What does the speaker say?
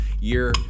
year